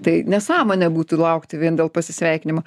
tai nesąmonė būtų laukti vien dėl pasisveikinimo